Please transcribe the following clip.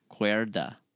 Cuerda